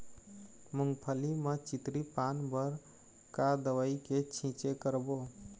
मूंगफली म चितरी पान बर का दवई के छींचे करबो?